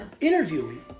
interviewing